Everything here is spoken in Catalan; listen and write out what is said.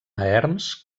erms